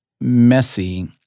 messy